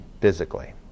physically